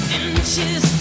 inches